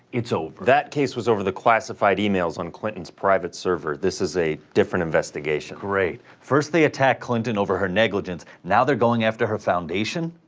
it's over. that case was over the classified emails on clinton's private server, this is a different investigation. great, first they attack clinton over her negligence, now they're going after her foundation?